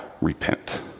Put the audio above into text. repent